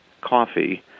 coffee